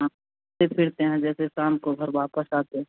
हाँ ते फिरते हैं जैसे शाम को घर वापस आते हैं